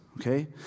okay